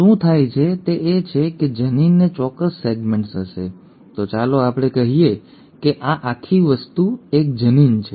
શું થાય છે તે એ છે કે જનીનને ચોક્કસ સેગમેન્ટ્સ હશે તો ચાલો આપણે કહીએ કે આ આખી વસ્તુ એક જનીન છે